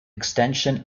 extension